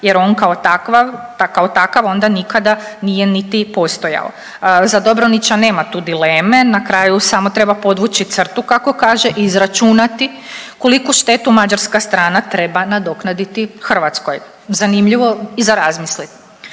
takav, kao takav onda nikada nije niti postojao. Za Dobronića nema tu dileme, na kraju samo treba podvući crtu kako kaže i izračunati koliku štetu mađarska strana treba nadoknaditi Hrvatskoj. Zanimljivo i za razmislit.